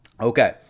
Okay